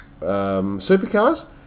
supercars